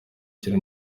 kiri